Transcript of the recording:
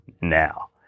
now